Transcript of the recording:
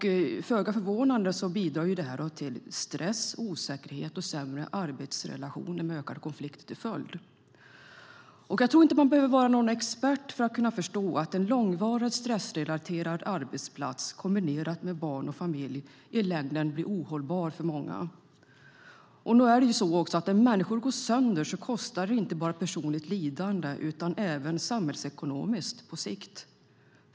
Föga förvånande bidrar det till stress, osäkerhet och sämre arbetsrelationer med ökade konflikter som följd. Jag tror inte att man behöver vara expert för att förstå att ett långvarigt stressrelaterat arbete kombinerat med barn och familj i längden blir ohållbart för många. Det är också så att när människor går sönder kostar det inte bara i personligt lidande utan på sikt även samhällsekonomiskt.